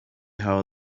how